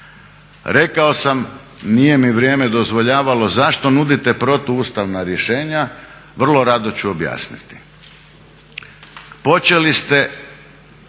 Rekao sam, nije mi vrijeme dozvoljavalo, zašto nudite protuustavna rješenja, vrlo rado ću objasniti.